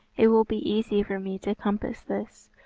it will be easy for me to compass this,